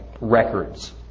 records